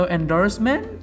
endorsement